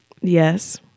Yes